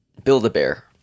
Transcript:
build-a-bear